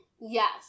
Yes